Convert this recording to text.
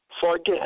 forget